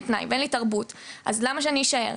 פנאי ואין לי תרבות אז למה שאני אישאר?